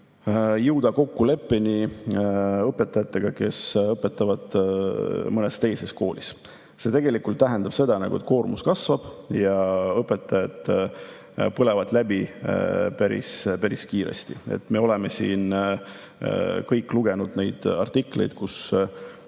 jõuda kokkuleppele õpetajatega, kes õpetavad mõnes teises koolis. See tähendab seda, et koormus kasvab ja õpetajad põlevad päris-päris kiiresti läbi. Me oleme kõik lugenud neid artikleid, kus öeldakse,